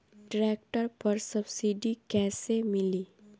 Tractor पर subsidy कैसे मिली?